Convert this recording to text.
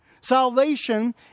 Salvation